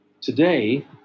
today